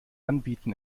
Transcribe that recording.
anbieten